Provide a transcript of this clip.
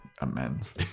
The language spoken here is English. amends